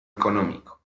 económico